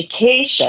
education